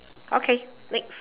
okay next